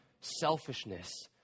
selfishness